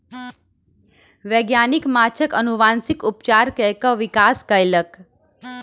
वैज्ञानिक माँछक अनुवांशिक उपचार कय के विकास कयलक